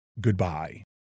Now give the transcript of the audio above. goodbye